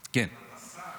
אהל באמת --- ואם אתה שר,